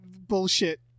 bullshit